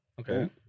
Okay